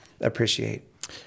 appreciate